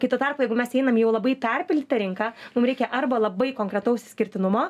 kai tuo tarpu jeigu mes einam į jau labai perpildytą rinką mum reikia arba labai konkretaus išskirtinumo